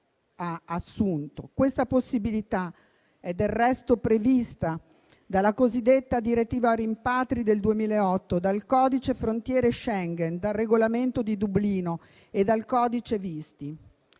Questa possibilità è del resto prevista dalla cosiddetta direttiva rimpatri del 2008, dal Codice frontiere Schengen, dal Regolamento di Dublino e dal codice dei